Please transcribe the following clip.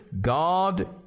god